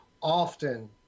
often